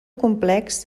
complex